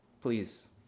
Please